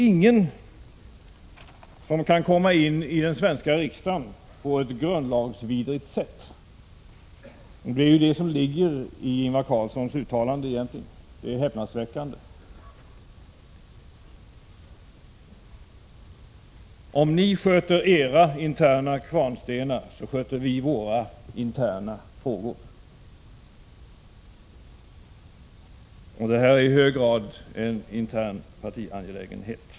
Ingen kan komma in i den svenska riksdagen på ett grundlagsvidrigt sätt, något som egentligen antyddes i Ingvar Carlssons uttalande. Det är häpnadsväckande. Om ni sköter era interna kvarnstenar, sköter vi våra interna frågor. Kds-samverkan är en i hög grad intern partiangelägenhet.